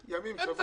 ימים, שבוע.